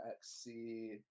XC